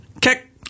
kick